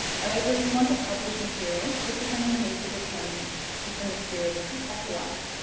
however if you want to publish material, this is when you need to determine if the material is in copyright.